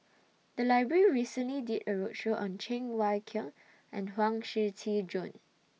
The Library recently did A roadshow on Cheng Wai Keung and Huang Shiqi Joan